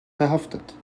verhaftet